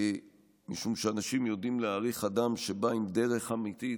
משום שאנשים יודעים להעריך אדם שבא עם דרך אמיתית,